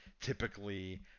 typically